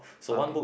okay